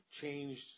changed –